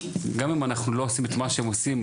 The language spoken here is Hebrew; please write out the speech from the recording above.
גם אם אנחנו לא עושים את מה שהם עושים,